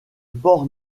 port